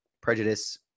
prejudice